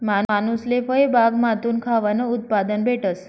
मानूसले फयबागमाथून खावानं उत्पादन भेटस